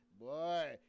Boy